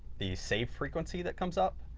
the save frequency that comes up.